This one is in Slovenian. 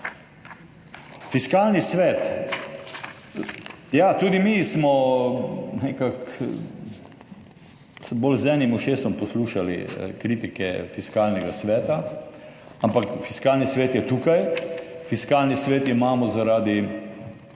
Fiskalni svet. Ja, tudi mi smo nekako bolj z enim ušesom poslušali kritike Fiskalnega sveta, ampak Fiskalni svet je tukaj, Fiskalni svet imamo zaradi